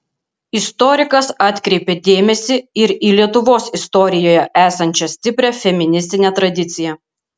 istorikas atkreipė dėmesį ir į lietuvos istorijoje esančią stiprią feministinę tradiciją